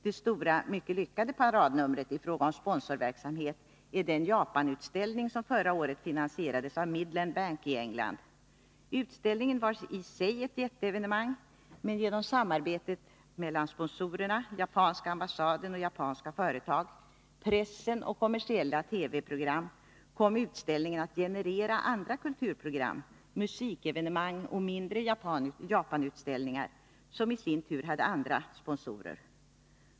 Det stora — och mycket lyckade — paradnumret i fråga om sponsorverksamhet är den Japanutställning som förra året finansierades av Midland Bank i England. Utställningen var i sig ett jätteevenemang, men genom samarbetet mellan sponsorerna, japanska ambassaden och japanska företag, pressen och kommersiella TV-program kom utställningen att generera andra kulturprogram, musikevenemang och mindre Japanutställningar, som i sin tur hade andra sponsorer.